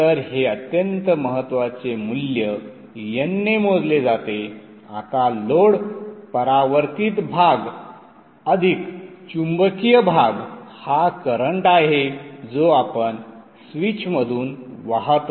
तर हे अत्यंत महत्त्वाचे मूल्य n ने मोजले जाते आता लोड परावर्तित भाग अधिक चुंबकीय भाग हा करंट आहे जो आपण स्विचमधून वाहतो